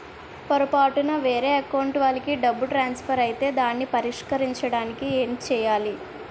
పొరపాటున వేరే అకౌంట్ వాలికి డబ్బు ట్రాన్సఫర్ ఐతే దానిని పరిష్కరించడానికి ఏంటి చేయాలి?